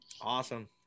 awesome